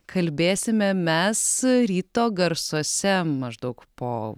kalbėsime mes ryto garsuose maždaug po